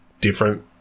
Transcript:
different